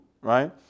right